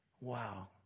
Wow